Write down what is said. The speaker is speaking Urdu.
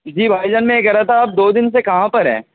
جی بھائی جان میں یہ کہہ رہا تھا آپ دو دِن سے کہاں پر ہیں